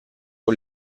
con